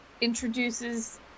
Introduces